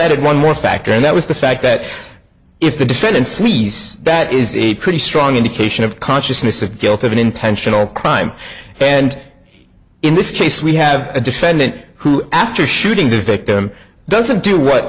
added one more factor and that was the fact that if the defendant flees that is a true strong indication of consciousness of guilt of an intentional crime and in this case we have a defendant who after shooting the victim doesn't do what